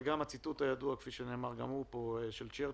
והוזכר גם הציטוט הידוע של צ'רצ'יל,